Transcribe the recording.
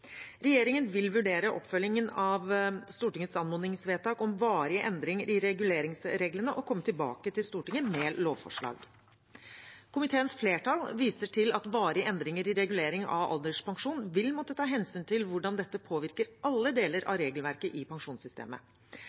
Regjeringen vil vurdere oppfølgingen av Stortingets anmodningsvedtak om varige endringer i reguleringsreglene, og komme tilbake til Stortinget med lovforslag. Komiteens flertall viser til at varige endringer i regulering av alderspensjon vil måtte ta hensyn til hvordan dette påvirker alle deler av regelverket i pensjonssystemet.